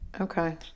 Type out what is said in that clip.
Okay